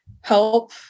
help